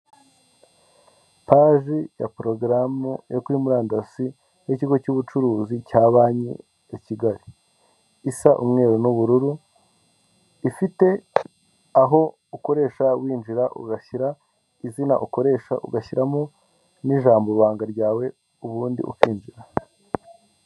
Paji ya porogaramu yo kuri murandasi y'ikigo cy'ubucuruzi cya banki ya Kigali, isa umweru n'ubururu, ifite aho ukoresha winjira ugashyira izina ukoresha ugashyiramo n'ijambo ibanga ryawe, ubundi ukinjira.